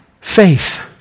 faith